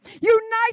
Unite